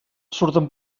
surten